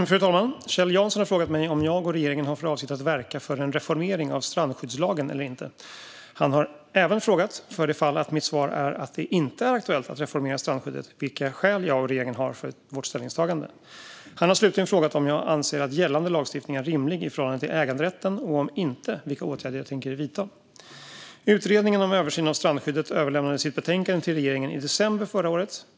Fru talman! Kjell Jansson har frågat mig om jag och regeringen har för avsikt att verka för en reformering av strandskyddslagen eller inte. Han har även frågat - för det fall att mitt svar är att det inte är aktuellt att reformera strandskyddet - vilka skäl jag och regeringen har för vårt ställningstagande. Han har slutligen frågat om jag anser att gällande lagstiftning är rimlig i förhållande till äganderätten och, om inte, vilka åtgärder jag tänker vidta. Utredningen om översyn av strandskyddet överlämnade sitt betänkande till regeringen i december förra året.